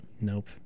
Nope